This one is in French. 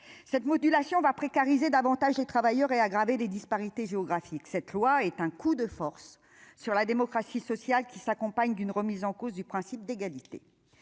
cette modulation va précariser davantage de travailleurs et aggraver les disparités géographiques, cette loi est un coup de force sur la démocratie sociale qui s'accompagne d'une remise en cause du principe d'égalité